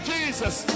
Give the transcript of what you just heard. Jesus